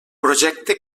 projecte